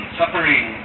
suffering